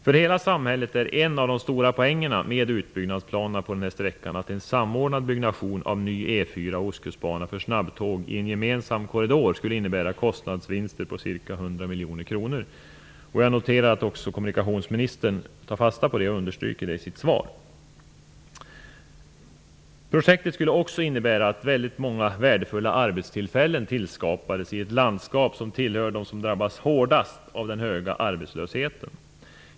För hela samhället är en av de stora poängerna med utbyggnadsplanerna på den här sträckan att en samordnad byggnation av ny E 4 och Ostkustbana för snabbtåg i en gemensam korridor skulle innebära kostnadsvinster på ca 100 miljoner kronor. Jag noterar att också kommunikationsministern tar fasta på och understryker det i sitt svar. Projektet skulle också innebära att mycket värdefulla arbetstillfällen tillskapades i ett landskap som tillhör dem som drabbas hårdast av den höga arbetslösheten.